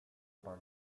pana